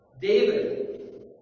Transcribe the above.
David